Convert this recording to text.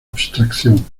abstracción